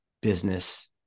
business